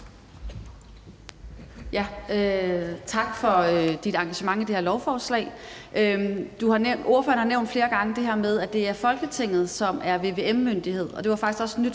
Tak for dit engagement i det her lovforslag. Ordføreren har nævnt flere gange, at det er Folketinget, som er vvm-myndighed,